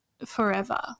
forever